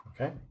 okay